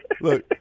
look